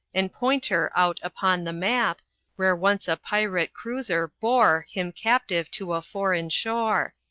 and pointer out upon the map where once a pirate cruiser boar him captive to a foreign shore.